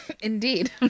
Indeed